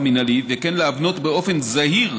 מעצר מינהלי, וכן להבנות באופן זהיר